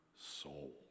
soul